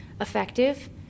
effective